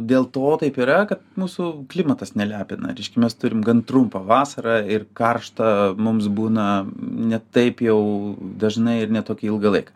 dėl to taip yra kad mūsų klimatas nelepina reiškia mes turim gan trumpą vasarą ir karštą mums būna ne taip jau dažnai ir ne tokį ilgą laiką